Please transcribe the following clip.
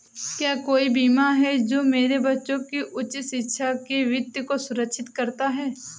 क्या कोई बीमा है जो मेरे बच्चों की उच्च शिक्षा के वित्त को सुरक्षित करता है?